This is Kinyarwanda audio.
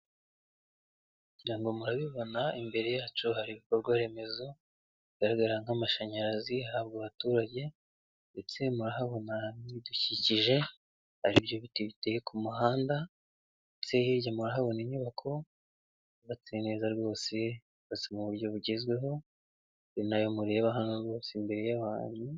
Ngirango murabibona imbere yacu hari ibikorwa remezo bigaragara nk'amashanyarazi, ahabwa abaturage ndetse murahabona ibidukikije aribyo biti biteye ku muhanda, ndetse hirya murahabona inyubako yubatse neza rwose, yubatse mu buryo bugezweho ni nayo mureba hano imbere yanyu.